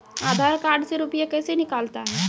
आधार कार्ड से रुपये कैसे निकलता हैं?